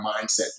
mindset